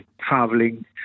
traveling